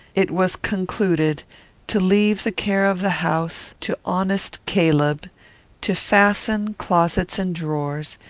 it was concluded to leave the care of the house to honest caleb to fasten closets and drawers,